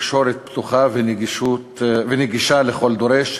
תקשורת פתוחה ונגישה לכל דורש,